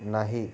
नाही